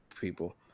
people